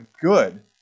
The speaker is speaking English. good